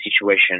situation